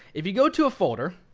if you go to a folder,